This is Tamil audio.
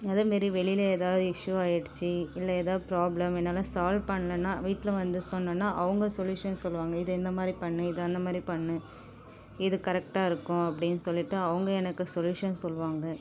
அதேமாரி வெளியில் ஏதாவது இஷ்யூ ஆயிடுச்சு இல்லை ஏதாவது ப்ராப்லம் என்னால் சால்வ் பண்ணும்னா வீட்டில வந்து சொன்னேன்னா அவங்க சொல்யூஷன் சொல்லுவாங்கள் இதை இந்தமாதிரி பண்ணு இதை அந்தமாதிரி பண்ணு இது கரெக்டாக இருக்கும் அப்படின்னு சொல்லிட்டு அவங்க எனக்கு சொல்யூஷன் சொல்லுவாங்கள்